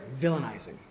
villainizing